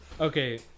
Okay